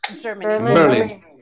Germany